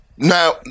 Now